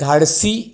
धाडसी